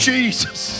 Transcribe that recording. Jesus